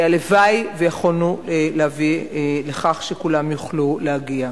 והלוואי שיכולנו להביא לכך שכולם יוכלו להגיע.